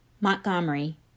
Montgomery